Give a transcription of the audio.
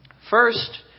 First